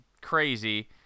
crazy